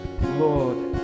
Lord